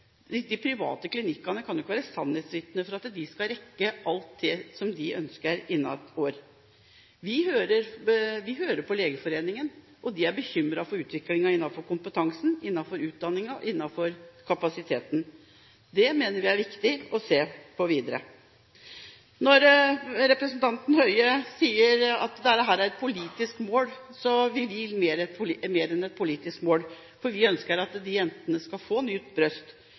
De private klinikkene kan jo ikke være sannhetsvitner på at de skal rekke alt de ønsker innen ett år. Vi hører på Legeforeningen, og de er bekymret for utviklingen når det gjelder kompetanse, utdanning og kapasitet. Det mener vi er viktig å se på videre. Representanten Høie sier at det handler om å sette politiske mål, men vi vil mer enn å sette politiske mål. Vi ønsker at disse jentene skal få